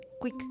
Quick